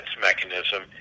mechanism